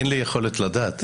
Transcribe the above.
אין לי יכולת לדעת.